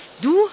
Du